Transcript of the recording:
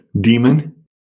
demon